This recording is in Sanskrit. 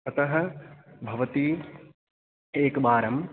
अतः भवती एकवारम्